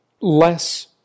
less